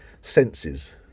senses